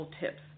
tips